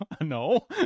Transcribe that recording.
no